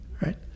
right